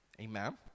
Amen